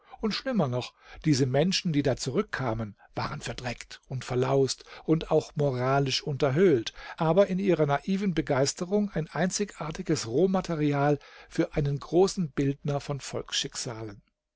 und schlimmer noch diese menschen die da zurückkamen waren verdreckt und verlaust und auch moralisch unterhöhlt aber in ihrer naiven begeisterung ein einzigartiges rohmaterial für einen großen bildner von